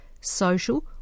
social